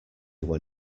when